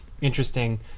interesting